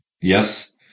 Yes